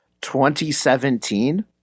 2017